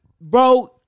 bro